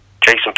Jason